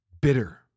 Bitter